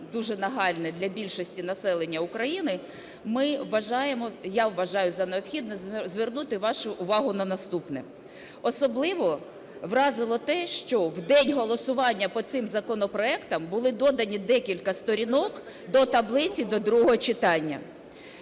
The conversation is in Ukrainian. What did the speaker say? дуже нагальне для більшості населення України, ми вважаємо, я вважаю за необхідне звернути вашу увагу на наступне. Особливо вразило те, що в день голосування по цим законопроектам були додані декілька сторінок до таблиці до другого читання.